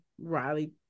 Riley